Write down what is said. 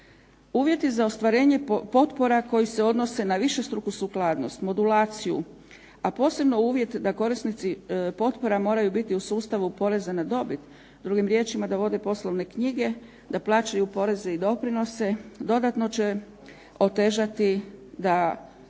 Uvjeti za ostvarenje potpora koji se odnose na višestruku sukladnost, modulaciju, a posebno uvjet da korisnici potpora moraju biti u sustavu poreza na dobit, drugim riječima da vode poslovne knjige, da plaćaju poreze i doprinose, dodatno će otežati da